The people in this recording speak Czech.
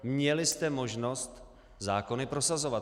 Měli jste možnost zákony prosazovat.